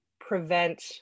prevent